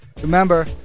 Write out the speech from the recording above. remember